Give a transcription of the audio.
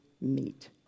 meet